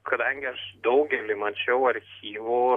kadangi aš daugelį mačiau archyvų